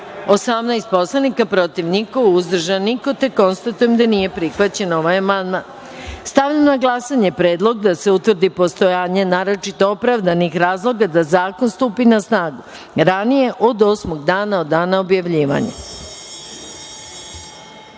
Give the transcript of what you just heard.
18, protiv – niko, uzdržanih – nema. Konstatujem da nije prihvaćen ovaj amandman. Stavljam na glasanje Predlog da se utvrdi postojanje naročito opravdanih razloga da Zakon stupi na snagu ranije od osmog dana od dana objavljivanja. Zaključujem